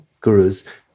gurus